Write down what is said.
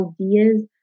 ideas